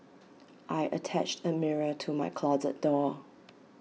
I attached A mirror to my closet door